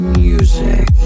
music